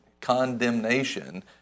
condemnation